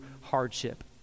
hardship